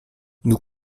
nous